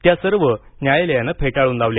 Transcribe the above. त्या सर्व न्यायालयानं फेटाळून लावल्या